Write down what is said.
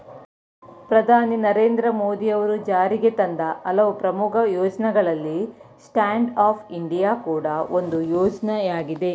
ಪ್ರಧಾನಿ ನರೇಂದ್ರ ಮೋದಿ ಅವರು ಜಾರಿಗೆತಂದ ಹಲವು ಪ್ರಮುಖ ಯೋಜ್ನಗಳಲ್ಲಿ ಸ್ಟ್ಯಾಂಡ್ ಅಪ್ ಇಂಡಿಯಾ ಕೂಡ ಒಂದು ಯೋಜ್ನಯಾಗಿದೆ